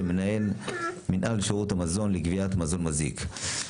מנהל מינהל שירות המזון לקביעת מזון מזיק.